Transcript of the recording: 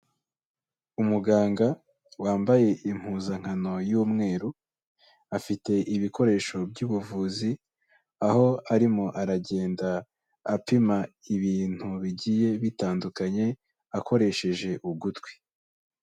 Umuganga wambaye impuzankano y'umweru, afite ibikoresho by'ubuvuzi, aho arimo aragenda apima ibintu bigiye bitandukanye, akoresheje ugutwi.